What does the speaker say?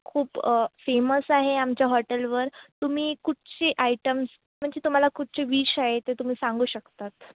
खूप फेमस आहे आमच्या हॉटेलवर तुम्ही कुठचे आयटम्स म्हणजे तुम्हाला कुठचे विश आहे ते तुम्ही सांगू शकतात